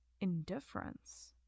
indifference